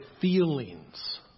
feelings